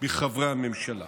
מחברי הממשלה.